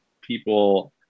people